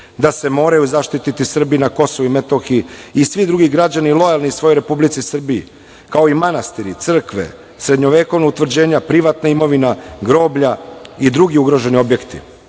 da se moraju zaštititi Srbi na Kosovu i Metohiji i svi drugi građani lojalni svojoj Republici Srbiji, kao i manastiri, crkve, srednjovekovna utvrđenja, privatna imovina, groblja i drugi ugroženi objekti;-